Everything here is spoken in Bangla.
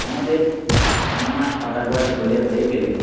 আমাদের এক মাস পাতার বয়স হলে হয়ে গেলে